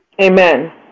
Amen